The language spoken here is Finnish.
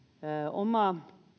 oma